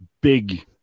big